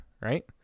Right